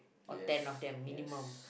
or ten of them minimum